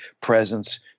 presence